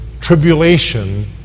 tribulation